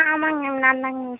ஆ ஆமாங்க மேம் நான்தாங் மேம்